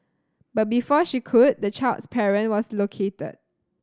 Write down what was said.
but before she could the child's parent was located